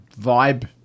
vibe